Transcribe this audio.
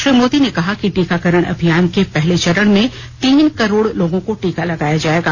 श्री मोदी ने कहा कि टीकाकरण अभियान के पहले चरण में तीन करोड़ लोगों को टीका लगाया जाएगा